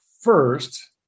first